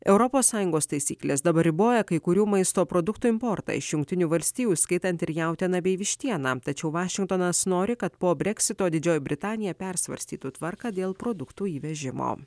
europos sąjungos taisyklės dabar riboja kai kurių maisto produktų importą iš jungtinių valstijų įskaitant ir jautieną bei vištieną tačiau vašingtonas nori kad po breksito didžioji britanija persvarstytų tvarką dėl produktų įvežimo